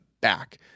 back